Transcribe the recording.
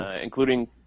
including